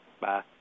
bye